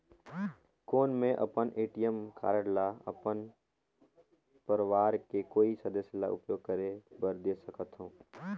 कौन मैं अपन ए.टी.एम कारड ल अपन परवार के कोई सदस्य ल उपयोग करे बर दे सकथव?